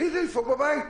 פיזית, לדפוק בדלת.